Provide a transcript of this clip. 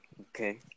okay